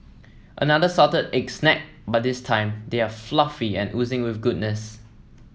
another salted egg snack but this time they are fluffy and oozing with goodness